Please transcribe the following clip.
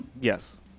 Yes